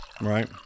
Right